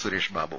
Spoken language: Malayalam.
സുരേഷ് ബാബു